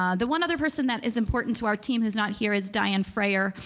ah the one other person that is important to our team who's not here is diane fraher,